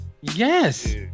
yes